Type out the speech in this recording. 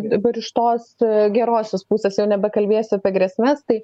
dabar iš tos gerosios pusės jau nebekalbėsiu apie grėsmes tai